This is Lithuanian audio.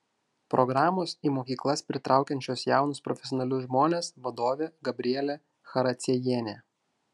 programos į mokyklas pritraukiančios jaunus profesionalius žmones vadovė gabrielė characiejienė